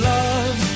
love